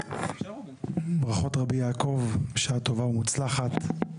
ברכות, רבי יעקב, בשעה טובה ומוצלחת.